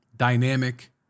dynamic